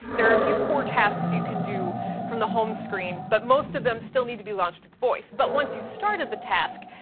there are a few core tasks you can do from the home screen but most of them still need to be launched with voice. but once you started the task,